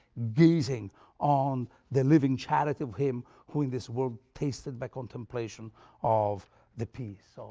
gazing on the living charity of him who in this world tasted by contemplation of the peace. so